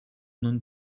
non